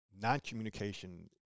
Non-communication